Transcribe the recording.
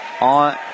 on